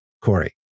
Corey